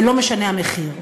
ולא משנה המחיר.